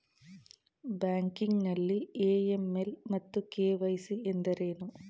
Banking ನಲ್ಲಿ AML ಮತ್ತು KYC ಎಂದರೇನು?